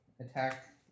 attack